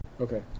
Okay